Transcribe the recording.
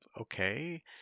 Okay